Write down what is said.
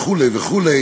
וכו' וכו'.